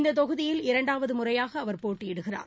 இந்ததொகுதியில் இரண்டாவதுமுறையாகஅவர் போட்டியிடுகிறார்